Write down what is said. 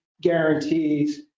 guarantees